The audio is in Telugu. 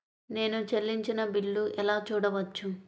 నేను చెల్లించిన బిల్లు ఎలా చూడవచ్చు?